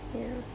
ya